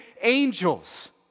angels